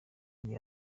iyi